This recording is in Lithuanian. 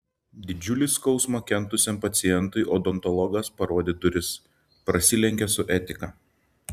didžiulį skausmą kentusiam pacientui odontologas parodė duris prasilenkia su etika